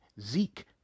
Zeke